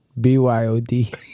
B-Y-O-D